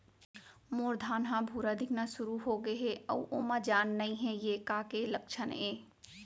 मोर धान ह भूरा दिखना शुरू होगे हे अऊ ओमा जान नही हे ये का के लक्षण ये?